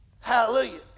Hallelujah